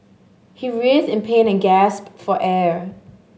he writhed in pain and gasped for air